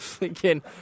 Again